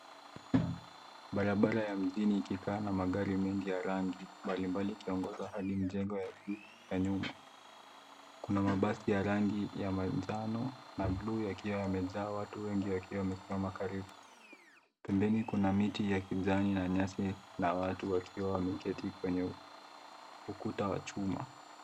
Barabara ya mjini ikikaa na magari mengi ya rangi mbalimbali ikiongozwa hadi mijengo ya nyuma. Kuna mabasi ya rangi ya manjano na buluu yakiwa yamejaa watu wengi wakiwa wamesimama karibu. Pembeni kuna miti ya kijani na nyasi na watu wakiwa wameketi kwenye ukuta wa chuma.